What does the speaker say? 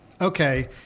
okay